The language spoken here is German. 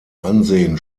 ansehen